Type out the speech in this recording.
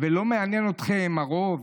לא מעניין אתכם הרוב,